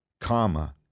comma